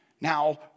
now